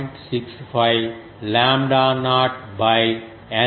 65 lambda naught by N plus 1 𝜋 d